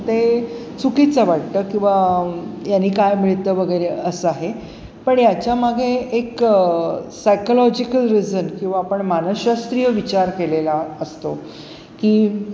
ते चुकीचं वाटतं किंवा याने काय मिळतं वगैरे असं आहे पण याच्यामागे एक सायकॉलॉजिकल रिझन किंवा आपण मानसशास्त्रीय विचार केलेला असतो की